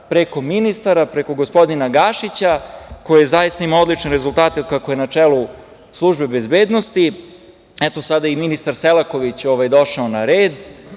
preko ministara, preko gospodina Gašića, koji zaista ima odlične rezultate od kako je na čelu Službe bezbednosti. Eto, sada je i ministar Selaković došao na red,